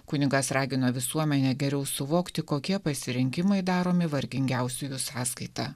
kunigas ragino visuomenę geriau suvokti kokie pasirinkimai daromi vargingiausiųjų sąskaita